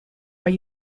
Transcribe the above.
are